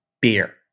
Beer